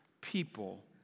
people